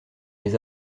les